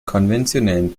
konventionellen